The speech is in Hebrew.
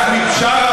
מעזמי בשארה,